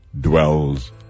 dwells